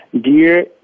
dear